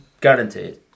Guaranteed